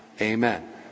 Amen